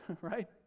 right